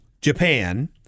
Japan